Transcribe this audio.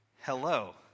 hello